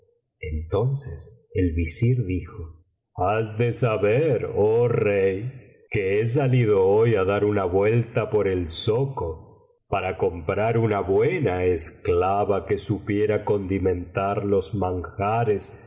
entonces el visir dijo has de saber oh rey que he salido hoy á dar una biblioteca valenciana generalitat valenciana las mil noches y una noche vuelta por el zoco para comprar una buena esclava que supiera condimentar los manjares